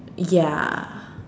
ya